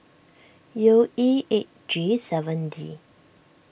U E eight G seven D